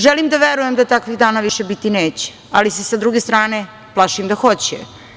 Želim da verujem da takvih dana više biti neće, ali se sa druge strane plašim da hoće.